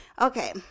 Okay